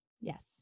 Yes